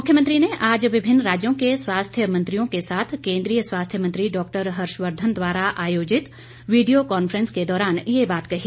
मुख्यमंत्री ने आज विभिन्न राज्यों के स्वास्थ्य मंत्रियों के साथ केंद्रीय स्वास्थ्य मंत्री डॉक्टर हर्षवर्धन द्वारा आयोजित वीडियो कांफ्रेंस के दौरान ये बात कही